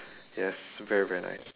yes very very nice